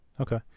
Okay